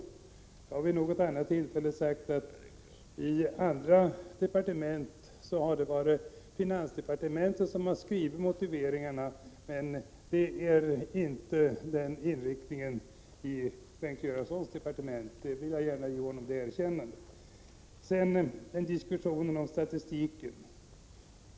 Jag har vid något tillfälle sagt att det är finansdepartementet som har skrivit motiveringarna åt andra departement, men den inriktningen har man inte i Bengt Göranssons departement.